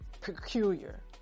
peculiar